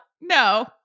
No